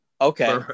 Okay